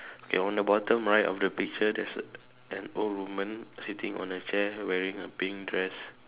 okay on the bottom right of the picture there's a an old woman sitting on a chair wearing a pink dress